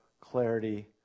clarity